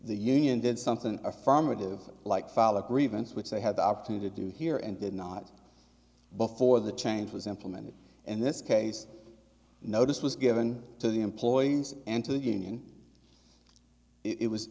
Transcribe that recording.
the union did something affirmative like file a grievance which they had the opportunity to do here and did not before the change was implemented and this case notice was given to the employees and to the union it was